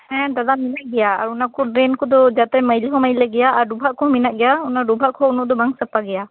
ᱦᱮᱸ ᱫᱟᱫᱟ ᱢᱮᱱᱟᱜ ᱜᱮᱭᱟ ᱟᱨ ᱚᱱᱟ ᱠᱚ ᱰᱨᱮᱱ ᱠᱚ ᱫᱚ ᱡᱟᱛᱮ ᱢᱚᱭᱞᱟᱹ ᱦᱚᱸ ᱢᱟᱹᱭᱞᱟᱹ ᱜᱮᱭᱟ ᱟᱨ ᱰᱚᱵᱷᱟᱜ ᱠᱚᱦᱚᱸ ᱢᱮᱱᱟᱜ ᱜᱮᱭᱟ ᱚᱱᱟ ᱰᱚᱵᱷᱟᱜ ᱠᱚᱦᱚᱸ ᱩᱱᱟᱹᱜ ᱫᱚ ᱵᱟᱝ ᱥᱟᱯᱷᱟ ᱜᱮᱭᱟ